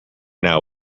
now